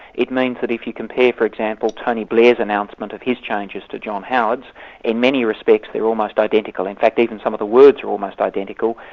it means that if you compare for example tony blair's announcement of his changes to john howard's in many respects they're almost identical. in fact even some of the words are almost identical,